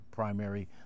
Primary